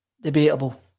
debatable